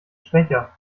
schwächer